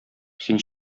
син